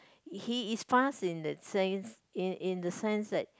he is fast in the sense in in the sense that